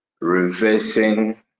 Reversing